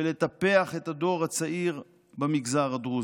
ולטפח את הדור הצעיר במגזר הדרוזי.